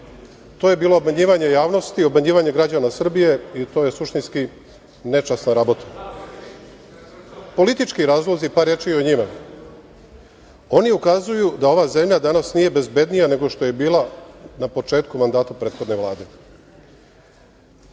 To je bilo obmanjivanje javnosti, obmanjivanje građana Srbije i to je suštinski nečasna rabota. Politički razlozi, par reči i o njima, oni ukazuju da ova zemlja danas nije bezbednija nego što je bila na početku mandata prethodne Vlade.